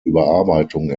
überarbeitung